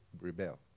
rebel